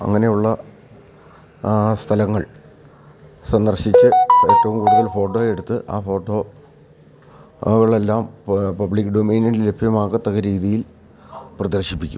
അങ്ങനെയുള്ള ആ സ്ഥലങ്ങൾ സന്ദർശിച്ച് ഏറ്റവും കൂട്തൽ ഫോട്ടോ എടുത്ത് ആ ഫോട്ടോ കളെല്ലാം പബ്ലിക് ഡൊമെയ്നിൽ ലഭ്യമാകത്തക രീതിയിൽ പ്രദർശിപ്പിക്കും